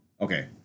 Okay